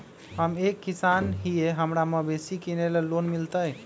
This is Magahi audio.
हम एक किसान हिए हमरा मवेसी किनैले लोन मिलतै?